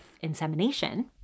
insemination